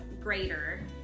greater